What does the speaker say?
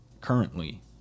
currently